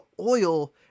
oil